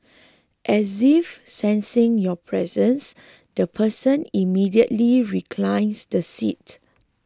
as if sensing your presence the person immediately reclines the seat